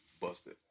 Busted